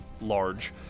large